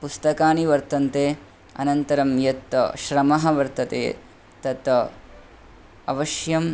पुस्तकानि वर्तन्ते अनन्तरं यत् श्रमः वर्तते तत् अवश्यम्